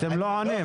אתם לא עונים.